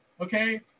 okay